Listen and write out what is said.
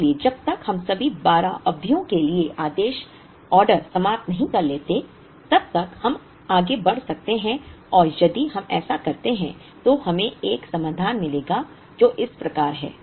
इसलिए जब तक हम सभी 12 अवधियों के लिए आदेश समाप्त नहीं कर लेते तब तक हम आगे बढ़ सकते हैं और यदि हम ऐसा करते हैं तो हमें एक समाधान मिलेगा जो इस प्रकार है